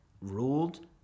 ruled